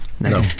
no